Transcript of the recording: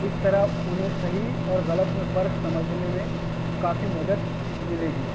اس طرح انہیں صحیح اور غلط میں فرق سمجھنے میں کافی مدد ملے گی